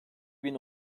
bin